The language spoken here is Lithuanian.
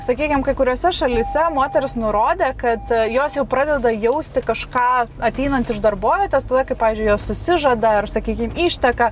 sakykim kai kuriose šalyse moterys nurodė kad jos jau pradeda jausti kažką ateinant iš darbovietės tada kai pavyzdžiui jos susižada ar sakykim išteka